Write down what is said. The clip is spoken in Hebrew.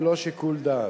ללא שיקול דעת.